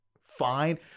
fine